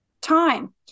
time